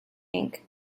ink